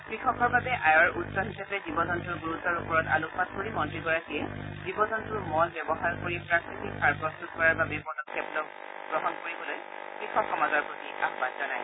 কৃষকৰ বাবে আয়ৰ উৎস হিচাপে জীৱজন্তৱৰ গুৰুত্বৰ ওপৰত আলোকপাত কৰি মন্ত্ৰীগৰাকীয়ে জীৱজন্তৰ মল ব্যৱহাৰ কৰি প্ৰাকৃতিক সাৰ প্ৰস্তত কৰাৰ বাবে পদক্ষেপ গ্ৰহণ কৰিবলৈ কৃষক সমাজৰ প্ৰতি আহান জনায়